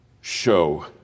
show